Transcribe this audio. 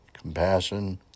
compassion